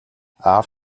аав